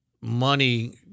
money